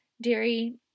dairy